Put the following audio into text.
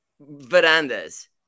veranda's